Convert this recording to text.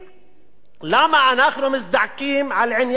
למה אנחנו מזדעקים על עניין ההתנחלויות?